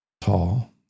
tall